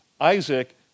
Isaac